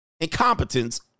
Incompetence